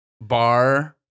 bar